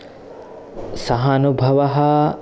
सः अनुभवः